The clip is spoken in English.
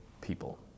people